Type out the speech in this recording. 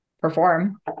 perform